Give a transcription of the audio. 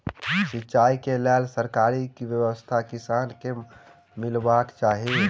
सिंचाई केँ लेल सरकारी की व्यवस्था किसान केँ मीलबाक चाहि?